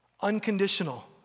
Unconditional